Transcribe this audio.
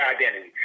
identity